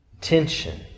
tension